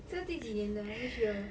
这个第几年的 which year